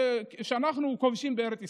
שאנחנו כובשים בארץ ישראל.